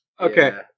Okay